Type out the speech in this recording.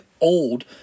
Old